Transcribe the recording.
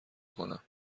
کنم